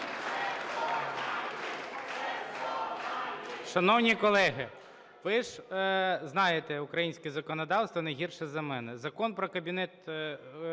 Шановні колеги, ви ж знаєте українське законодавство не гірше за мене. Закон "Про Кабінет